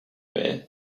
mare